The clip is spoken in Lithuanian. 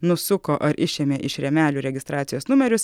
nusuko ar išėmė iš rėmelių registracijos numerius